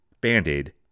Band-Aid